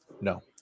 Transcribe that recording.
No